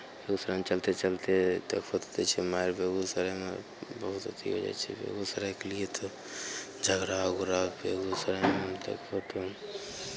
बेगूसरायमे चलिते चलिते देखबहो तऽ दै छै मारि बेगूसरायमे बहुत अथी हो जाइ छै बेगूसरायके लिए तऽ झगड़ा उगड़ा बेगूसरायमे देखबहो तऽ अपन